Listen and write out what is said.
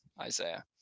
Isaiah